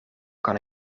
kan